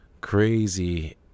crazy